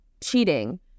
cheating